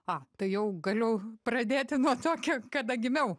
a tai jau galiu pradėti nuo to kie kada gimiau